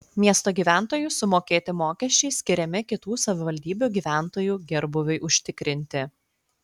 miesto gyventojų sumokėti mokesčiai skiriami kitų savivaldybių gyventojų gerbūviui užtikrinti